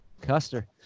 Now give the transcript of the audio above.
Custer